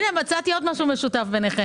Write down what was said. הנה, מצאתי עוד משהו משותף ביניכם.